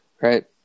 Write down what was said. Right